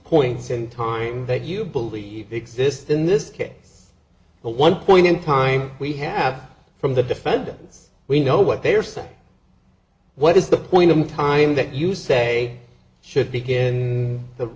points in time that you believe exist in this case the one point in time we have from the defendants we know what they are saying what is the point in time that you say should begin the